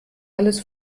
alles